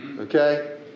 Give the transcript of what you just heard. Okay